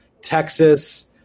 Texas